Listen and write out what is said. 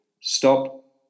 stop